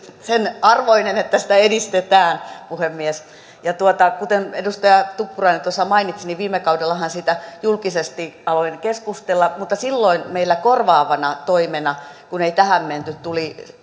sen arvoinen että sitä edistetään puhemies kuten edustaja tuppurainen tuossa mainitsi viime kaudellahan siitä julkisesti aloin keskustella mutta silloin meillä korvaavana toimena kun ei tähän menty tuli